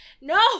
No